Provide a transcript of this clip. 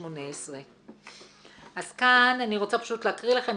2018. אני רוצה להקריא לכם.